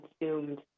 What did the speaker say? consumed